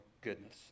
goodness